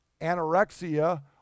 anorexia